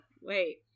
wait